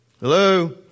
Hello